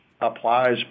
applies